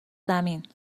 زمین